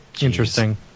interesting